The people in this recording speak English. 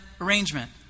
arrangement